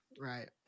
right